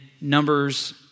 Numbers